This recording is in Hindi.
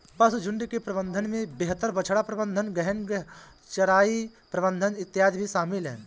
पशुझुण्ड के प्रबंधन में बेहतर बछड़ा प्रबंधन, गहन चराई प्रबंधन इत्यादि भी शामिल है